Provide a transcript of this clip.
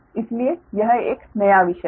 इसलिए यह एक नया विषय है